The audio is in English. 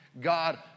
God